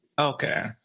Okay